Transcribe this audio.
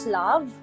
love